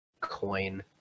Coin